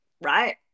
right